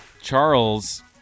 Charles